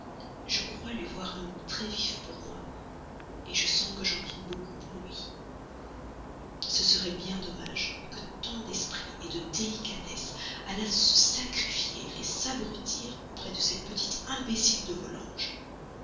je crois lui voir un goût très vif pour moi je sens que j'en prends beaucoup pour lui ce serait bien dommage que tant d'esprit de délicatesse allassent se sacrifier s'abrutir auprès de cette petite imbécile de